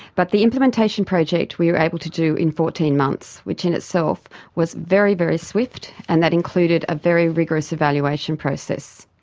but the implementation project we were able to do in fourteen months, which in itself was very, very swift, and that included a very rigorous evaluation process.